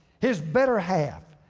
his better half.